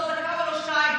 לא דקה ולא שתיים,